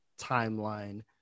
timeline